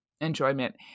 enjoyment